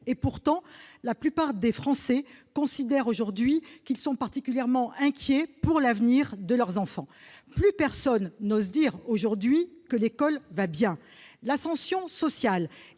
Pourtant, la plupart des Français sont particulièrement inquiets pour l'avenir de leurs enfants. Plus personne n'ose dire aujourd'hui que l'école va bien. L'ascension sociale